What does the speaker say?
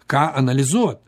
ką analizuot